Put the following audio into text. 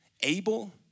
able